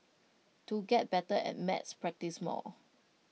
to get better at maths practise more